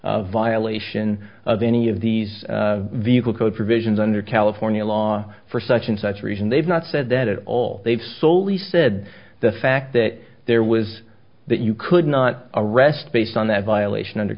a violation of any of these vehicle code provisions under california law for such and such reason they've not said that at all they've sold he said the fact that there was that you could not arrest based on that violation under